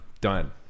Done